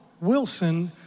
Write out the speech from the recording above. Wilson